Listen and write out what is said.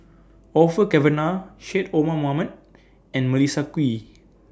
Orfeur Cavenagh Syed Omar Mohamed and Melissa Kwee